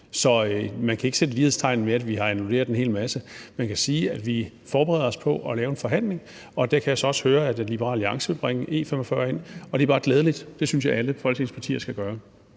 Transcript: Så man kan ikke sætte lighedstegn ved, at vi har annulleret en hel masse; man kan sige, at vi forbereder os på at lave en forhandling, og der kan jeg så også høre, at Liberal Alliance vil bringe E45 ind. Og det er bare glædeligt – det synes jeg at alle Folketingets partier skal gøre.